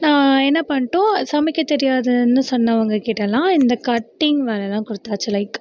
என்ன பண்ணிட்டோம் சமைக்க தெரியாதுன்னு சொன்னவங்கள் கிட்டேலாம் இந்த கட்டிங் வேலையெலாம் கொடுத்தாச்சு லைக்